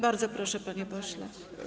Bardzo proszę, panie pośle.